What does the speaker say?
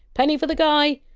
degpenny for the guy!